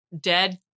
dead